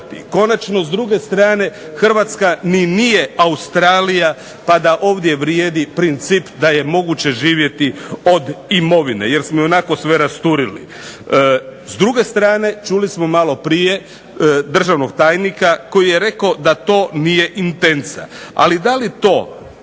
Konačno s druge strane Hrvatska ni nije Australija pa da ovdje vrijedi princip da je moguće živjeti od imovine, jer smo ionako sve rasturili. S druge strane čuli smo maloprije državnog tajnika, koji je rekao da to nije intenca. Ali da li to